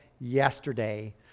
yesterday